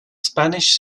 spanish